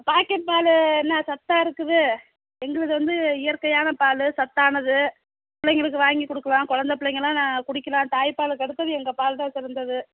packet பால் என்ன சத்தா இருக்குது எங்களுது வந்து இயற்கையான பால் சத்தானது பிள்ளைங்களுக்கு வாங்கி கொடுக்குலாம் கொழந்த பிள்ளைங்களாம் நா குடிக்கலாம் தாய்ப்பாலுக்கு அடுத்தது எங்கள் பால் தான் சிறந்தது